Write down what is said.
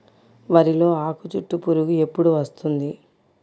వరిలో ఆకుచుట్టు పురుగు ఎప్పుడు వస్తుంది?